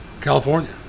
California